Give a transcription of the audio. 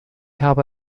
habe